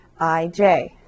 ij